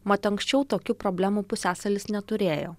mat anksčiau tokių problemų pusiasalis neturėjo